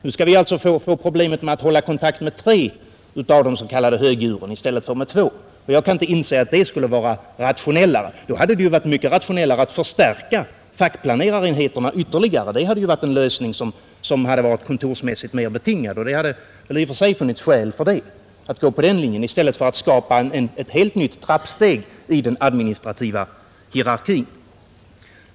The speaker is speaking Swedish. Vi får då problemet med att hålla kontakt med tre av de s.k. högdjuren i stället för med två. Jag kan inte inse att det skulle vara rationellare. Att i stället förstärka fackplanerarna ytterligare hade varit en kontorsmässigt mera betingad lösning. Det hade i och för sig varit skäl att gå på den linjen i stället för att skapa ett helt nytt trappsteg i den administrativa hierarkin.